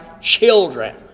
children